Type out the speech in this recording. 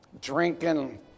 drinking